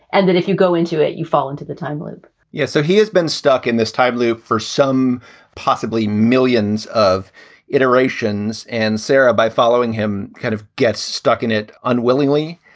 and then if you go into it, you fall into the time loop yeah. so he has been stuck in this time loop for some possibly millions of iterations. and sarah, by following him, kind of gets stuck in it unwillingly.